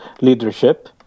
leadership